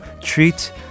treat